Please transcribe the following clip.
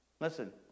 Listen